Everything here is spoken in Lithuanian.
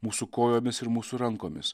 mūsų kojomis ir mūsų rankomis